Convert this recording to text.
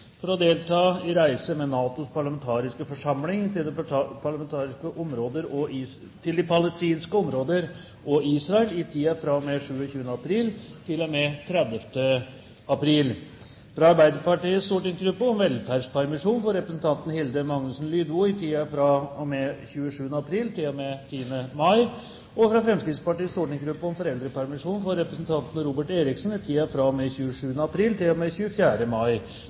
for å delta i reise med NATOs parlamentariske forsamling til de palestinske områder og Israel i tiden fra og med 27. april til og med 30. april fra Arbeiderpartiets stortingsgruppe om velferdspermisjon for representanten Hilde Magnusson Lydvo i tiden fra og med 27. april til og med 10. mai fra Fremskrittspartiets stortingsgruppe om foreldrepermisjon for representanten Robert Eriksson i tiden fra og med 27. april til og med 24. mai